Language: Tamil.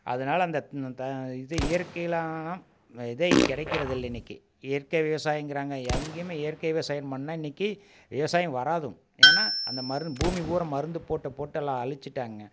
அதனால் அந்த இது இயற்கையிலலாம் இதே கிடைக்கிறதுல்ல இன்னைக்கி இயற்கை விவசாயங்குறாங்க எங்கேயுமே இயற்கை விவசாயம் பண்ணால் இன்னைக்கி விவசாயம் வராது ஏன்னா அந்த பூமி பூரா மருந்து போட்டு போட்டு எல்லாம் அழிச்சுட்டாங்க